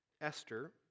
Esther